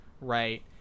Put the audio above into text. right